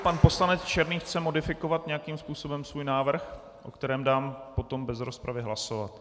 Pan poslanec Černý chce modifikovat nějakým způsobem svůj návrh, o kterém dám potom bez rozpravy hlasovat.